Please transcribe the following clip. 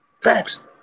Facts